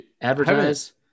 advertise